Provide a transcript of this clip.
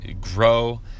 grow